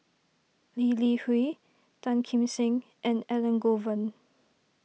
Lee Li Hui Tan Kim Seng and Elangovan